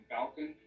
Falcon